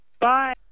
Bye